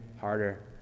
harder